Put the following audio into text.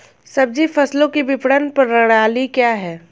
सब्जी फसलों की विपणन प्रणाली क्या है?